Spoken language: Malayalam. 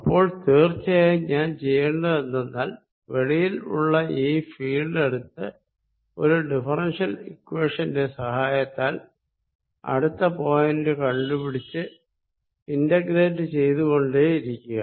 അപ്പോൾ തീർച്ചയായും ഞാൻ ചെയ്യേണ്ടത് എന്തെന്നാൽ വെളിയിൽ ഉള്ള ഈ ഫീൽഡ് എടുത്ത് ഒരു ഡിഫറൻഷ്യൽ ഇക്വേഷന്റെ സഹായത്താൽ അടുത്ത പോയിന്റ് കണ്ടു പിടിച്ച് ഇൻറ്റഗ്രേറ്റ് ചെയ്തു കൊണ്ടേയിരിക്കുക